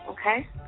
okay